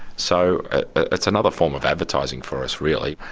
so it's another form of advertising for us, really.